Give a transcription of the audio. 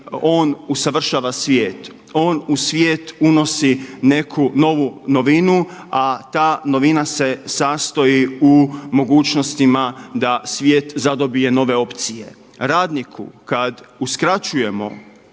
on usavršava svijet, on u svijet unosi neku novu novinu, a ta novina se sastoji u mogućnostima da svijet zadobije nove opcije. Radniku kada uskraćujemo